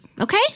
Okay